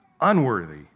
unworthy